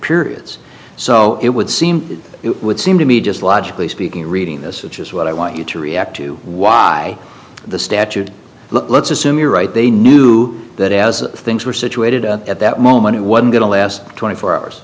periods so it would seem it would seem to me just logically speaking reading this which is what i want you to react to why the statute let's assume you're right they knew that as things were situated at that moment it was going to last twenty four hours